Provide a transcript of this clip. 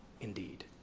indeed